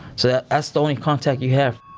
so, that's the only contact you have.